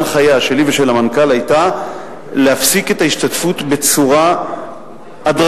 ההנחיה שלי ושל המנכ"ל היתה להפסיק את ההשתתפות בצורה הדרגתית.